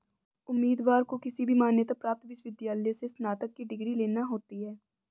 उम्मीदवार को किसी भी मान्यता प्राप्त विश्वविद्यालय से स्नातक की डिग्री लेना होती है